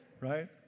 Right